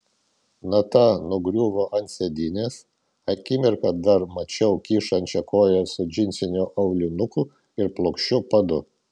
nata nugriuvo ant sėdynės akimirką dar mačiau kyšančią koją su džinsiniu aulinuku ir plokščiu padu